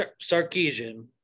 Sarkeesian